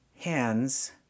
hands